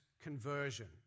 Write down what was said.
conversion